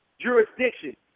jurisdiction